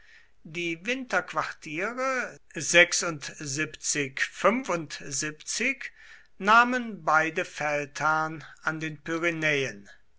die winterquartiere nahmen beide feldherren an den